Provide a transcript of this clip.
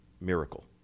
miracle